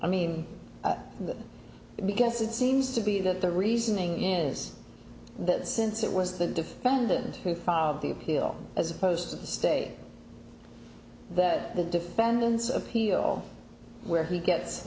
i mean because it seems to be that the reasoning is that since it was the defendant who fall of the appeal as opposed to the state that the defendant's appeal where he gets